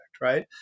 Right